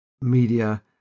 media